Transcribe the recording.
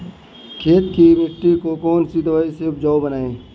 खेत की मिटी को कौन सी दवाई से उपजाऊ बनायें?